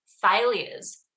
failures